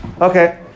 Okay